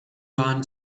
run